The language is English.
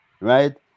right